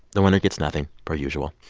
the winner gets nothing, per usual